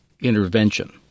intervention